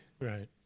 Right